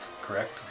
correct